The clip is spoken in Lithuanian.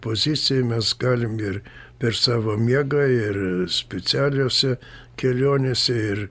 pozicijoj mes galim ir per savo miegą ir specialiose kelionėse ir